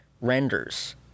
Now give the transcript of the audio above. renders